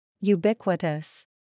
Ubiquitous